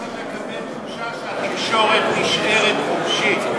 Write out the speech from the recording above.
אנחנו רוצים לקבל תחושה שהתקשורת נשארת חופשית.